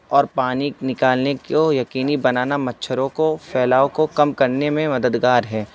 اور پانی نکالنے کو یقینی بنانا مچھروں کو پھیلاؤ کو کم کرنے میں مددگار ہے